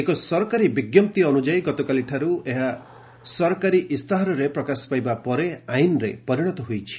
ଏକ ସରକାରୀ ବିଜ୍ଞପ୍ତି ଅନ୍ରଯାୟୀ ଗତକାଲିଠାର୍ଚ ଏହା ସରକାରୀ ଇସ୍ତାହାରରେ ପ୍ରକାଶ ପାଇବା ପରେ ଆଇନରେ ପରିଣତ ହୋଇଛି